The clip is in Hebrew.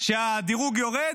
כשהדירוג יורד,